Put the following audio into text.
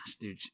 Dude